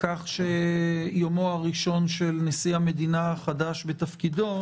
כך שיומו הראשון של נשיא המדינה החדש בתפקידו